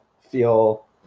feel